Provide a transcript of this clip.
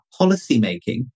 policymaking